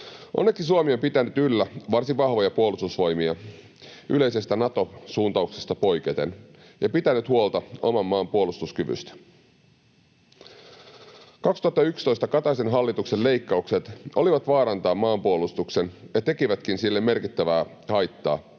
Onneksi Suomi on pitänyt yllä varsin vahvoja puolustusvoimia yleisestä Nato-suuntauksesta poiketen ja pitänyt huolta oman maan puolustuskyvystä. Vuonna 2011 Kataisen hallituksen leikkaukset olivat vaarantaa maanpuolustuksen, ja tekivätkin sille merkittävää haittaa,